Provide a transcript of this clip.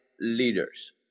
leaders